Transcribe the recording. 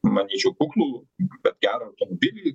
manyčiau kuklų bet gerą automobilį